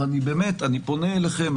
אני פונה אליכם.